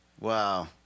Wow